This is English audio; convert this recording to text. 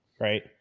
Right